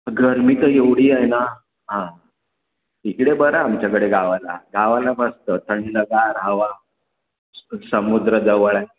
गरमी तर एवढी आहे ना हां इकडे बरं आमच्याकडे गावाला गावाला मस्त थंडगार हवा समुद्र जवळ आहे